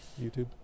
YouTube